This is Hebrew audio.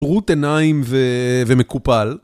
טרוט עיניים ומקופל